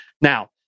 Now